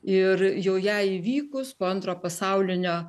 ir jau jai įvykus po antro pasaulinio